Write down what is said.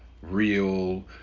real